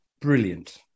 brilliant